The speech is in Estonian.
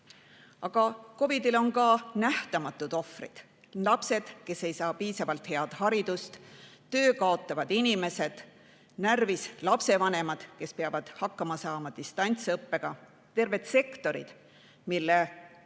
Aga COVID-il on ka nähtamatud ohvrid: lapsed, kes ei saa piisavalt head haridust, töö kaotavad inimesed, närvis lapsevanemad, kes peavad hakkama saama distantsõppega, terved sektorid, mille kasumid